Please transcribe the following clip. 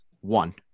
one